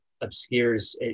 obscures